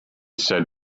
said